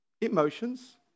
emotions